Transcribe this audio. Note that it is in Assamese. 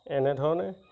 এনেধৰণে